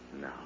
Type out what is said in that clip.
No